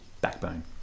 backbone